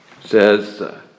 says